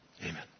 Amen